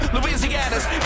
Louisianas